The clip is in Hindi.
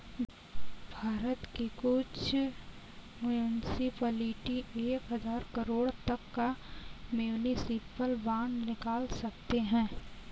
भारत के कुछ मुन्सिपलिटी एक हज़ार करोड़ तक का म्युनिसिपल बांड निकाल सकते हैं